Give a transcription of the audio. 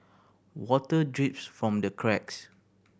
water drips from the cracks